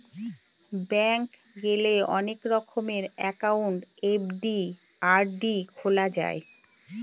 bank গেলে অনেক রকমের একাউন্ট এফ.ডি, আর.ডি খোলা যায়